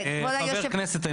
חבר כנסת לא